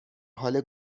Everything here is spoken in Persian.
حال